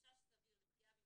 חשש סביר לפגיעה בביטחונם,